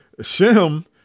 Shem